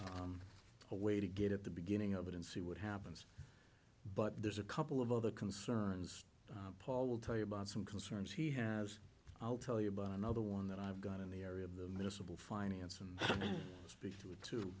of a way to get at the beginning of it and see what happens but there's a couple of other concerns paul will tell you about some concerns he has i'll tell you about another one that i've got in the area of the miscible finance and